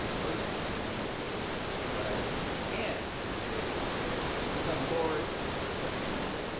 president of the american antiquarian society and isaiah thomas to come forward to accept the award.